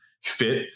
fit